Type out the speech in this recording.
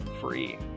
free